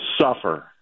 suffer